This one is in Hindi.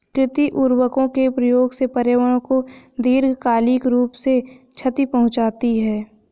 कृत्रिम उर्वरकों के प्रयोग से पर्यावरण को दीर्घकालिक रूप से क्षति पहुंचती है